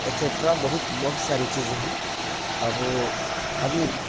etcetera بہت بہت ساری چیزیں ہیں اب وہ آدمی